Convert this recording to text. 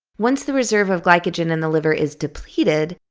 once the reserve of glycogen in the liver is depleted,